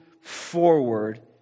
forward